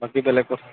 বাকী বেলেগ কথা